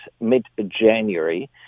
mid-january